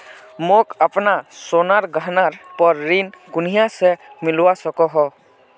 मोक अपना सोनार गहनार पोर ऋण कुनियाँ से मिलवा सको हो?